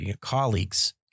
colleagues